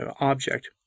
object